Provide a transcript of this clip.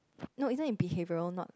no isn't it behavioural not like